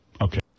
Okay